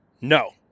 No